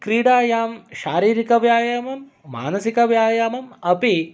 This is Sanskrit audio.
क्रीडायां शारीरिकव्यायामं मानसिकव्यायामम् अपि